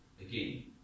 again